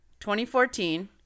2014